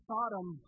Sodom